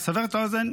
לסבר את האוזן,